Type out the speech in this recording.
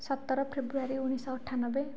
ସତର ଫେବୃୟାରୀ ଉଣେଇଶହ ଅଠାନବେ